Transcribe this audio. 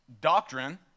doctrine